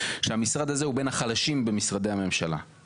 שהמשרד הזה הוא בין החלשים במשרדי הממשלה,